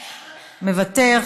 מוותר,